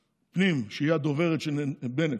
הפנים, שהיא הדוברת של בנט.